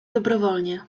dobrowolnie